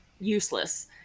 useless